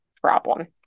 problem